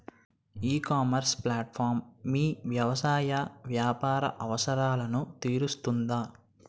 ఈ ecommerce platform మీ వ్యవసాయ వ్యాపార అవసరాలను తీరుస్తుందా?